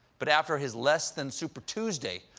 but after his less-than-super tuesday,